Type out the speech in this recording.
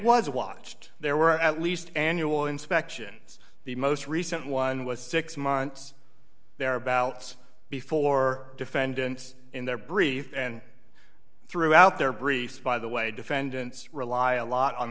was watched there were at least annual inspection it's the most recent one was six months thereabouts before defendants in their brief and throughout their briefs by the way defendants rely a lot on